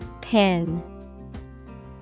Pin